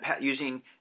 using